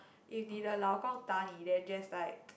if 你的老公打你 then just like